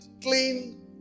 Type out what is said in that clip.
clean